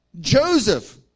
Joseph